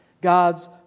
God's